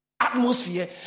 atmosphere